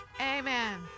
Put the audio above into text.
amen